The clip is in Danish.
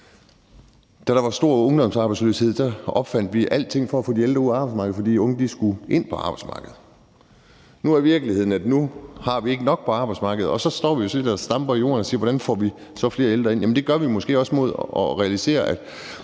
Da der var stor ungdomsarbejdsløshed, opfandt vi alt muligt for at få de ældre ud af arbejdsmarkedet, fordi de unge skulle ind på arbejdsmarkedet. Nu er virkeligheden, at vi ikke har nok på arbejdsmarkedet. Og så står vi og stamper i jorden og spørger, hvordan vi så får flere ældre ind. Det gør vi måske ved at tænke